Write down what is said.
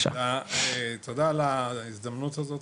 תודה על ההזדמנות הזו.